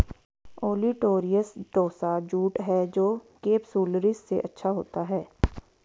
olitorius टोसा jute है जो केपसुलरिस से अच्छा होता है